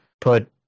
put